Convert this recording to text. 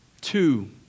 Two